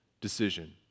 decision